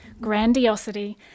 grandiosity